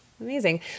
amazing